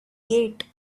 gate